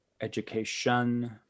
education